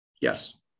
Yes